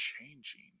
changing